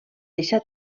deixar